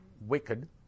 wicked